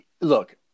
look